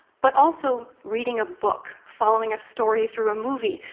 but also, reading a book following a story through a movie,